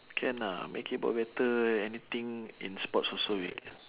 can ah make it more better anything in sports also we can